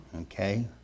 Okay